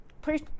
Please